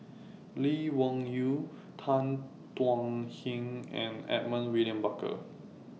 Lee Wung Yew Tan Thuan Heng and Edmund William Barker